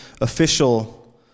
official